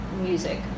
music